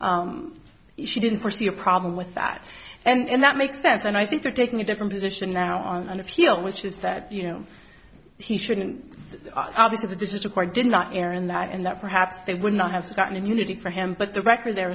that she didn't foresee a problem with that and that makes sense and i think they're taking a different position now on an appeal which is that you know he shouldn't obviously the this is a court did not err in that and that perhaps they would not have gotten immunity for him but the record there